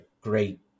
great